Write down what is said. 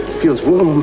feels warm.